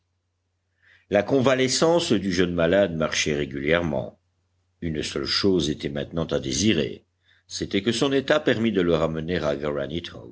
la convalescence du jeune malade marchait régulièrement une seule chose était maintenant à désirer c'était que son état permît de le ramener à